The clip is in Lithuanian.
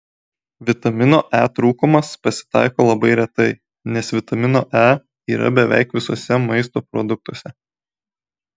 vitamino e trūkumas pasitaiko labai retai nes vitamino e yra beveik visuose maisto produktuose